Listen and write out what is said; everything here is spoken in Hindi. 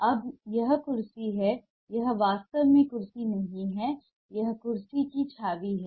अब यह कुर्सी है यह वास्तव में कुर्सी नहीं है यह कुर्सी की छवि है